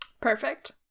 Perfect